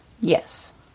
Yes